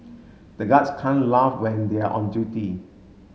the guards can't laugh when they are on duty